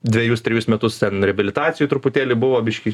dvejus trejus metus ten reabilitacijoj truputėlį buvo biškį